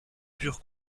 pure